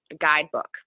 guidebook